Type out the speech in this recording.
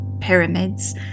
pyramids